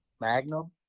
Magnum